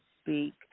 speak